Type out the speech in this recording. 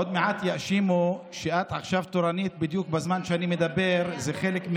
עוד מעט יאשימו שאת עכשיו תורנית בדיוק בזמן שאני מדבר וזה חלק,